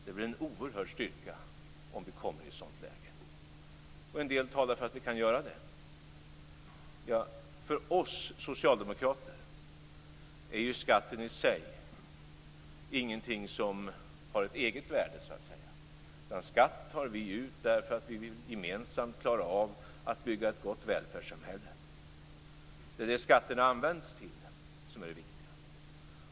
Det är väl en oerhörd styrka om vi kommer i ett sådant läge. En del talar också för att vi kan göra det. För oss socialdemokrater är skatten inte någonting som har ett värde i sig. Skatt tar vi ut därför att vi gemensamt vill klara att bygga ett gott välfärdssamhälle. Det är det som skatterna används till som är det viktiga.